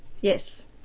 Yes